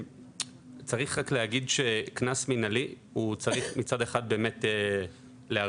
צריך להגיד שקנס מנהלי הוא צריך מצד אחד באמת להרתיע.